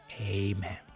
Amen